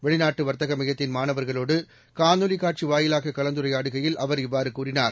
வெளிநாட்டுவா்த்தகமையத்தின் மாணவர்களோடுகாணொலிகாட்சிவாயிலாககலந்துரையாடுகையில் அவர் இவ்வாறுகூறினார்